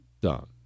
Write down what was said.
done